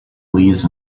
leaves